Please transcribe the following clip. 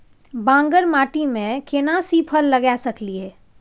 बांगर माटी में केना सी फल लगा सकलिए?